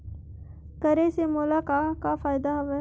करे से मोला का का फ़ायदा हवय?